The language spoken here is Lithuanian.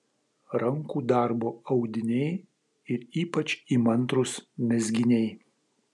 rankų darbo audiniai ir ypač įmantrūs mezginiai